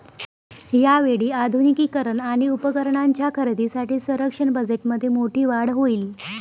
यावेळी आधुनिकीकरण आणि उपकरणांच्या खरेदीसाठी संरक्षण बजेटमध्ये मोठी वाढ होईल